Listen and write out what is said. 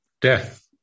death